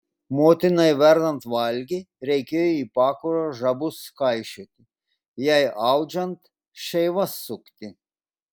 motinai verdant valgį reikėjo į pakurą žabus kaišioti jai audžiant šeivas sukti